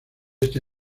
este